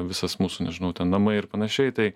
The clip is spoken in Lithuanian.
visas mūsų nežinau namai ir panašiai tai